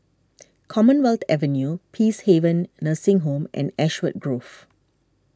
Commonwealth Avenue Peacehaven Nursing Home and Ashwood Grove